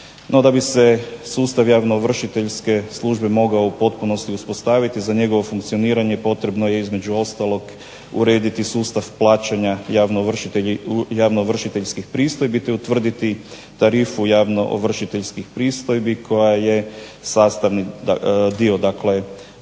da bi se sustav javnoovršiteljske službe mogao u potpunosti uspostaviti za njegovo funkcioniranje potrebno je između ostaloga urediti sustav plaćanja javno ovršiteljskih pristojbi te utvrditi tarifu javnoovršiteljskih pristojbi koja je sastavni dio ovoga